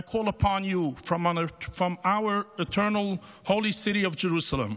I call upon you from our eternal holy city of Jerusalem: